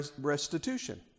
restitution